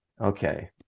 okay